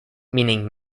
meaning